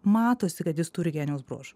matosi kad jis turi genijaus bruožų